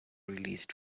released